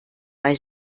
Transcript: bei